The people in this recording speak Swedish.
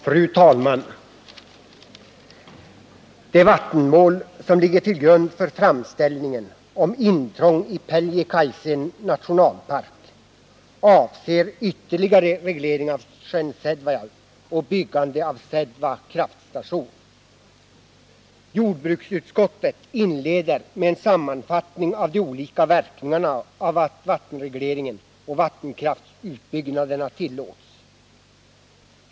Fru talman! Det vattenmål som ligger till grund för framställningen om intrång i Pieljekaise nationalpark avser ytterligare reglering av sjön Sädvajaure och byggande av Sädva kraftstation. Jordbruksutskottet inleder med en sammanfattning av de olika verkningarna av att vattenregleringen och vattenkraftsutbyggnaderna tillåts.